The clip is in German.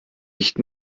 nicht